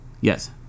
Yes